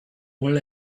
will